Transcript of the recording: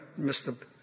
Mr